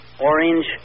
orange